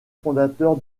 fondateur